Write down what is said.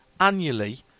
annually